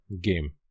game